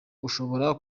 ushobora